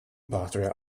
patria